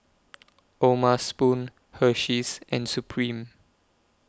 O'ma Spoon Hersheys and Supreme